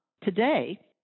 today